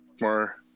more